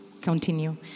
Continue